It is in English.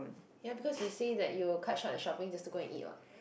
ya because you say that you'll cut short the shopping just to go and eat what